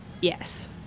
Yes